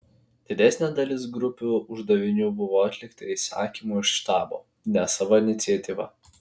didesnė dalis grupių uždavinių buvo atlikta įsakymu iš štabo ne sava iniciatyva